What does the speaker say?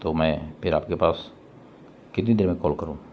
تو میں پھر آپ کے پاس کتنی دیر میں کال کروں